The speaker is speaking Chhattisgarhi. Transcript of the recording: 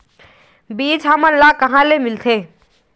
बीज हमन ला कहां ले मिलथे?